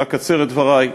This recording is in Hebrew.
ואקצר בדברי.